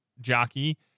jockey